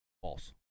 False